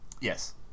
yes